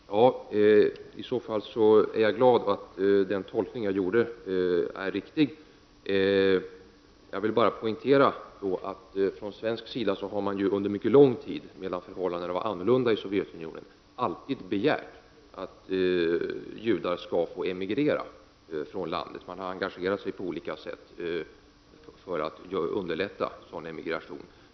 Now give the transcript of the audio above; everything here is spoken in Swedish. Herr talman! I så fall är jag glad att min tolkning av svaret är riktig. Jag vill bara poängtera att vi från svensk sida under mycket lång tid, medan förhållandena i Sovjetunionen var annorlunda, alltid har begärt att judar skall få emigrera från landet. Man har engagerat sig på olika sätt för att underlätta sådan emigration.